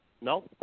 No